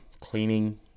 cleaning